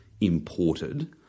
imported